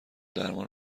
درمان